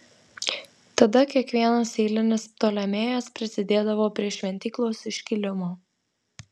tada kiekvienas eilinis ptolemėjas prisidėdavo prie šventyklos iškilimo